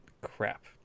crap